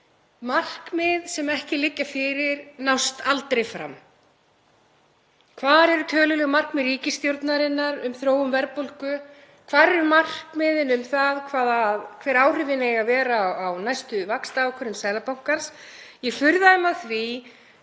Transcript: Markmið sem ekki liggja fyrir nást aldrei. Hvar eru töluleg markmið ríkisstjórnarinnar um þróun verðbólgu? Hvar eru markmiðin um það hver áhrifin eiga að vera á næstu vaxtaákvörðun Seðlabankans? Ég furðaði mig á því